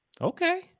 Okay